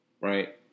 Right